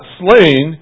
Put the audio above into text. slain